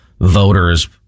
voters